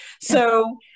So-